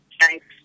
thanks